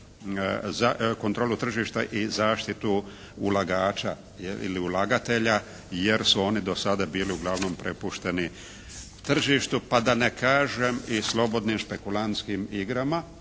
kontrolu tržišta i zaštitu ulagača ili ulagatelja jer su oni do sada bili uglavnom prepušteni tržištu, pa da ne kažem i slobodnim špekulantskim igrama